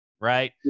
right